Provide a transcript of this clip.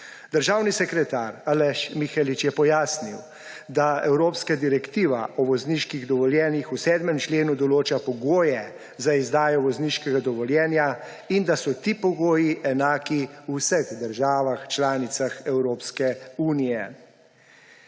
Državni sekretar Aleš Mihelič je pojasnil, da evropska direktiva o vozniških dovoljenjih v 7. členu določa pogoje za izdajo vozniškega dovoljenja in da so ti pogoji enaki v vseh državah članicah Evropske unije.